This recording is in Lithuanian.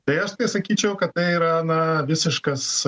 tai aš tai sakyčiau kad tai yra na visiškas